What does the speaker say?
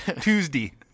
Tuesday